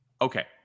Okay